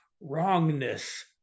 wrongness